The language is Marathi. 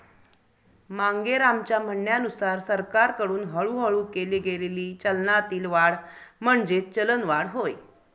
मांगेरामच्या म्हणण्यानुसार सरकारकडून हळूहळू केली गेलेली चलनातील वाढ म्हणजेच चलनवाढ होय